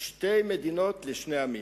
"שתי מדינות לשני עמים"